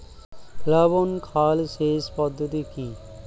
প্লাবন খাল সেচ পদ্ধতি কি?